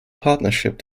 partnership